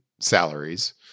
salaries